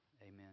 Amen